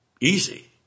easy